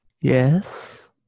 Yes